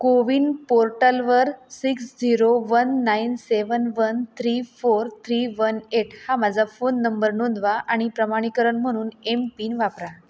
कोविन पोर्टलवर six zero one nine seven one three four three one eight हा माझा फोन नंबर नोंदवा आणि प्रमाणीकरण म्हणून एम पिन वापरा